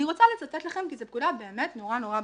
אני רוצה לצטט לכם כי זו פקודה באמת נורא ברורה.